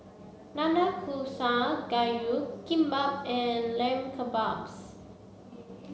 Nanakusa Gayu Kimbap and Lamb Kebabs